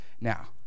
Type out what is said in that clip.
now